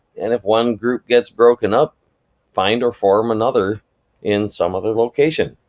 and if one group gets broken up find or form another in some other location.